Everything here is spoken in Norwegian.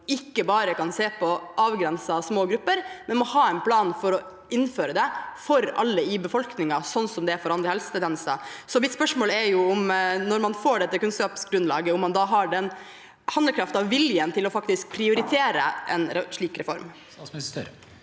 ikke bare kan se på avgrensede små grupper, men må ha en plan for å innføre det for alle i befolkningen, slik som det er for andre helsetjenester. Så mitt spørsmål er: Når man får dette kunnskapsgrunnlaget, har man da handlekraften og viljen til faktisk å prioritere en slik reform?